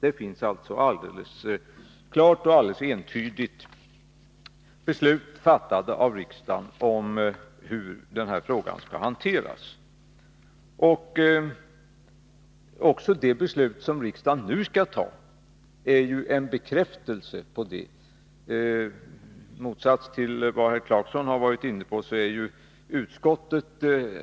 Riksdagen har alltså klart och entydigt fattat beslut om hur den här frågan skall hanteras. Det beslut som riksdagen nu skall fatta är en bekräftelse på det. Med undantag av Rolf Clarkson är utskottet helt